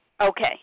Okay